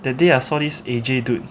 that day I saw this A_J dude